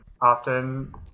often